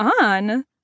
on